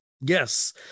Yes